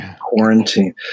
Quarantine